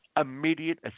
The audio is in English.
immediate